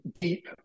deep